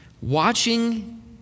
watching